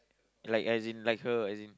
like as in like her as in